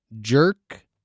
jerk